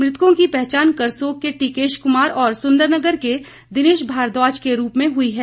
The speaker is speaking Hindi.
मृतकों की पहचान करसोग के टिकेश कुमार और सुंदरनगर के दिनेश भारद्वाज के रूप में हुई है